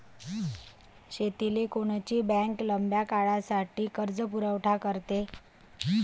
शेतीले कोनची बँक लंब्या काळासाठी कर्जपुरवठा करते?